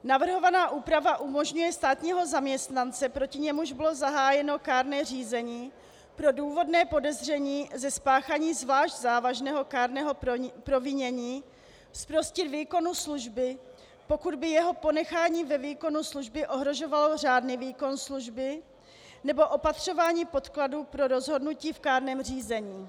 Navrhovaná úprava umožňuje státního zaměstnance, proti němuž bylo zahájeno kárné řízení pro důvodné podezření ze spáchání zvlášť závažného kárného provinění, zprostit výkonu služby, pokud by jeho ponechání ve výkonu služby ohrožovalo řádný výkon služby nebo opatřování podkladů pro rozhodnutí v kárném řízení.